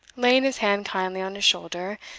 laying his hand kindly on his shoulder,